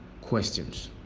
questions